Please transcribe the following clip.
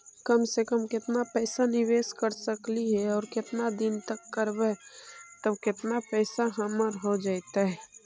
कम से कम केतना पैसा निबेस कर सकली हे और केतना दिन तक करबै तब केतना पैसा हमर हो जइतै?